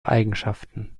eigenschaften